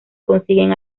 consiguen